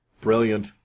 Brilliant